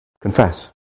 Confess